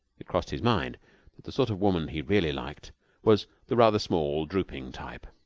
it crossed his mind that the sort of woman he really liked was the rather small, drooping type.